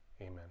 Amen